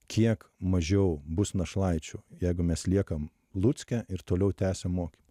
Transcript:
kiek mažiau bus našlaičių jeigu mes liekam lucke ir toliau tęsiam mokymą